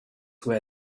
where